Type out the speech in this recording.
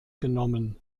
genommen